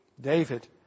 David